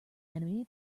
enemy